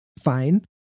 fine